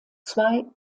zwei